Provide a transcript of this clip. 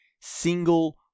single